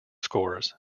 scores